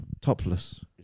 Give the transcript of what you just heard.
topless